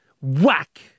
Whack